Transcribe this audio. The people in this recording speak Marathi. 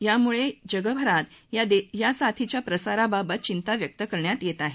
यामुळे जगभरात या साथीच्या प्रसारबाबत घिंता व्यक्त करण्यात येत आहे